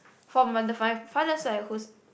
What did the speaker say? from my the father's side who's